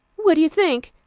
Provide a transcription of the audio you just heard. what do you think?